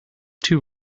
too